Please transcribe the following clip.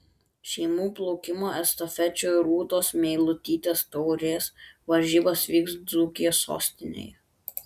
šeimų plaukimo estafečių rūtos meilutytės taurės varžybos vyks dzūkijos sostinėje